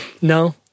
No